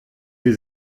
sie